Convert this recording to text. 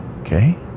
Okay